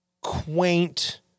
quaint